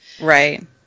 Right